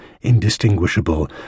indistinguishable